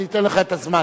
אני אתן לך את הזמן,